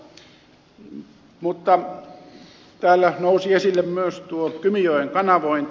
mutta täällä nousi esille myös tuo kymijoen kanavointi